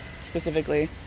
specifically